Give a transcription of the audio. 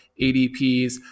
adps